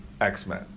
X-Men